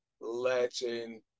letting